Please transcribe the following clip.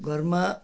घरमा